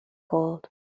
gold